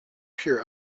pure